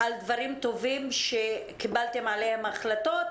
על דברים טובים שקיבלתם עליהם החלטות,